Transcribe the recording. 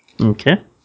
Okay